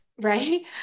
right